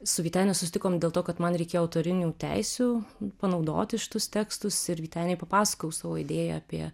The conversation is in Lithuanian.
su vytene susitikom dėl to kad man reikėjo autorinių teisių panaudoti šitus tekstus ir vytenei papasakojau savo idėją apie